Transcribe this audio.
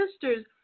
sisters